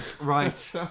Right